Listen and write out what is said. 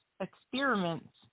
experiments